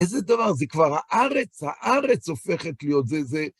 איזה דבר זה כבר, הארץ הארץ הופכת להיות זה זה.